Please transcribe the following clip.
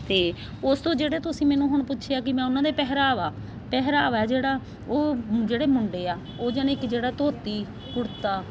ਅਤੇ ਉਸ ਤੋਂ ਜਿਹੜੇ ਤੁਸੀਂ ਮੈਨੂੰ ਹੁਣ ਪੁੱਛਿਆ ਕਿ ਮੈਂ ਉਹਨਾਂ ਦੇ ਪਹਿਰਾਵਾ ਪਹਿਰਾਵਾ ਜਿਹੜਾ ਉਹ ਜਿਹੜੇ ਮੁੰਡੇ ਆ ਉਹ ਯਾਨੀ ਕਿ ਜਿਹੜਾ ਧੋਤੀ ਕੁੜਤਾ